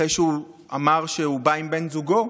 אחרי שהוא אמר שהוא בא עם בן זוגו,